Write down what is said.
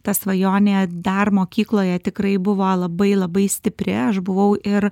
ta svajonė dar mokykloje tikrai buvo labai labai stipri aš buvau ir